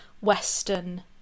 western